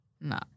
no